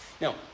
Now